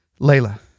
layla